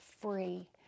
free